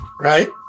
right